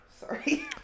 Sorry